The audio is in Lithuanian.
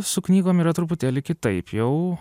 su knygom yra truputėlį kitaip jau